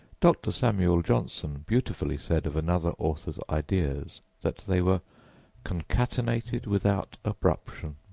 dr. samuel johnson beautifully said of another author's ideas that they were concatenated without abruption.